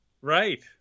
Right